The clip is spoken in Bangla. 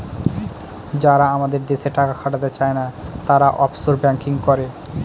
যারা আমাদের দেশে টাকা খাটাতে চায়না, তারা অফশোর ব্যাঙ্কিং করে